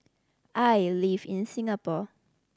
I live in Singapore